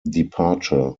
departure